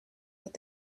with